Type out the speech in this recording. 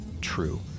true